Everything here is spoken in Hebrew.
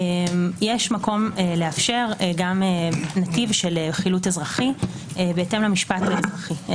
יש מקום לאפשר גם נתיב של חילוט אזרחי בהתאם למשפט האזרחי.